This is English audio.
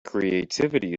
creativity